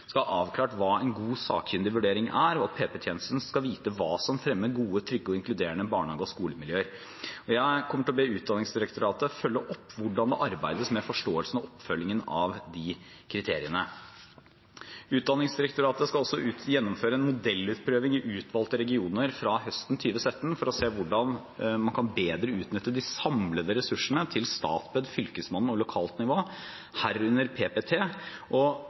skal ha avklart hva en god sakkyndig vurdering er, og at PP-tjenesten skal vite hva som fremmer gode, trygge og inkluderende barnehage- og skolemiljøer. Jeg kommer til å be Utdanningsdirektoratet følge opp hvordan det arbeides med forståelsen og oppfølgingen av de kriteriene. Utdanningsdirektoratet skal også gjennomføre en modellutprøving i utvalgte regioner fra høsten 2017 for å se hvordan man bedre kan utnytte de samlede ressursene til Statped, Fylkesmannen og det lokale nivået, herunder PPT, og